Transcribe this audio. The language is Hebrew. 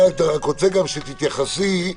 אם את רוצה, רק תגידי לי.